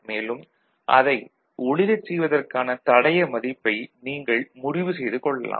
மேலும் அதை ஒளிரச் செய்வதற்கானத் தடைய மதிப்பை நீங்கள் முடிவு செய்து கொள்ளலாம்